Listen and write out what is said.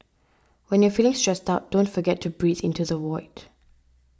when you are feeling stressed out don't forget to breathe into the void